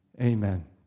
Amen